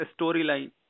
storyline